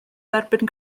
derbyn